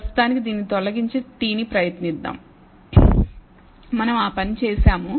ప్రస్తుతానికి దీనిని తొలగించి t ని ప్రయత్నిద్దాం మనం ఆ పని చేసాము